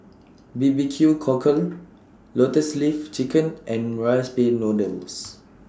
B B Q Cockle Lotus Leaf Chicken and Rice Pin Noodles